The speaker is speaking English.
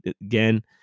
again